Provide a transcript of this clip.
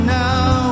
now